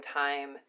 time